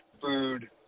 food